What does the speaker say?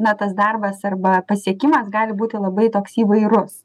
na tas darbas arba pasiekimas gali būti labai toks įvairus